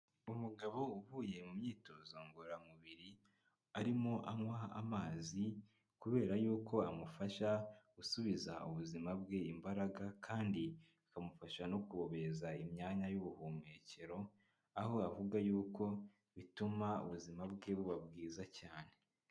Umugabo uvuye mu myitozo ngororamubiri arimo anywa amazi kubera yuko amufasha gusubiza ubuzima bwe imbaraga kandi akamufasha no kubobeza imyanya y'ubuhumekero, aho avuga yuko bituma ubuzima bwe buba bwiza cyane.